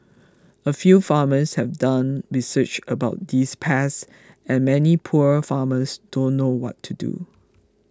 a few farmers have done research about these pests and many poor farmers don't know what to do